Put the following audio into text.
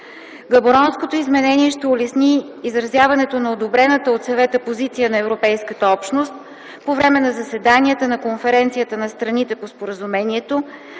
Габоронското изменение ще улесни изразяването на одобрената от Съвета позиция на Европейската общност по време на заседанията на Конференцията на страните по споразумението,